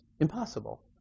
impossible